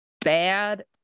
bad